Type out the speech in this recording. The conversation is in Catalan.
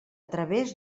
través